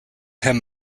him